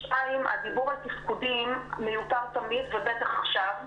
שתיים, הדיבור על תפקודים מיותר תמיד ובטח עכשיו,